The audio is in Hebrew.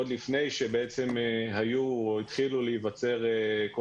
עוד לפני שהיו או התחילו להיווצר כל